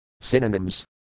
Synonyms